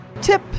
tip